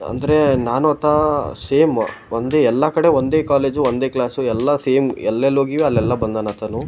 ಅಂದರೆ ನಾನು ಆತ ಸೇಮ್ ಒಂದೇ ಎಲ್ಲಾ ಕಡೆ ಒಂದೇ ಕಾಲೇಜು ಒಂದೇ ಕ್ಲಾಸು ಎಲ್ಲಾ ಸೇಮ್ ಎಲ್ಲೆಲೋಗೀವಿ ಅಲ್ಲೆಲ್ಲಾ ಬಂದಾನು ಆತನೂ